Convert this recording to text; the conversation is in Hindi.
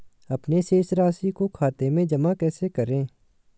अपने शेष राशि को खाते में जमा कैसे करें?